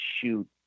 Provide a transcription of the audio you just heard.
Shoot